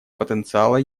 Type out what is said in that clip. потенциала